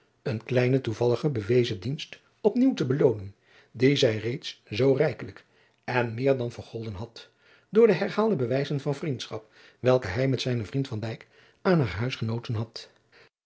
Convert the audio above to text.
een kleinen toevalligen bewezen dienst op nieuw te beloonen dien zij reeds zoo rijkelijk en meer dan vergolden had door de herhaalde bewijzen van vriendschap welke hij met zijnen vriend van dijk aan haar huis genoten had